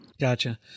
Gotcha